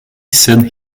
said